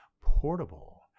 portable